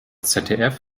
zdf